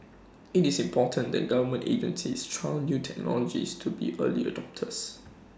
IT is important that government agencies trial new technologies to be early adopters